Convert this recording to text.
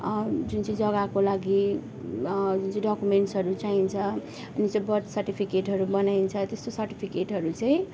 जुन चाहिँ जग्गाको लागि जुन चाहिँ डकुमेन्ट्सहरू चाहिन्छ अनि चाहिँ बर्थ सर्टिफिकेटहरू बनाइन्छ त्यस्तो सर्टिफिकेटहरू चाहिँ